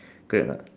correct or not